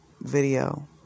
video